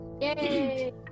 Yay